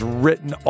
written